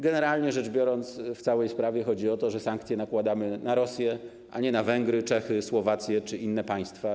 Generalnie rzecz biorąc, w całej sprawie chodzi o to, że sankcje nakładamy na Rosję, a nie na Węgry, Czechy, Słowację czy inne państwa.